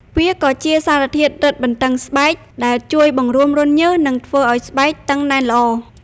វាក៏ជាសារធាតុរឹតបន្តឹងស្បែក ដែលជួយបង្រួមរន្ធញើស និងធ្វើឲ្យស្បែកតឹងណែនល្អ។